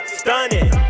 stunning